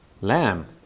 lamb